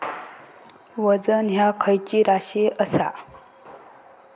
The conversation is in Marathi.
वजन ह्या खैची राशी असा?